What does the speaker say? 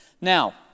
Now